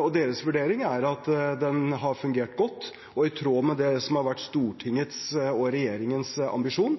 og deres vurdering er at den har fungert godt og i tråd med det som har vært Stortingets og regjeringens ambisjon.